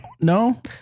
no